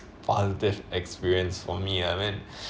positive experience for me I mean